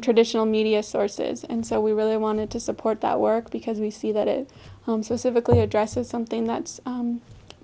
traditional media sources and so we really wanted to support that work because we see that homes are civically address is something that's